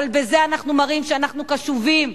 אבל בזה אנחנו מראים שאנחנו קשובים,